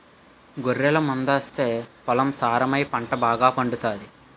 గొర్రెల మందాస్తే పొలం సారమై పంట బాగాపండుతాది